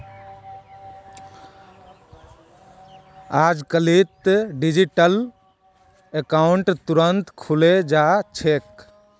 अजकालित digital account तुरंत खुले जा छेक